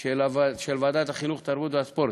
של ועדת החינוך, התרבות והספורט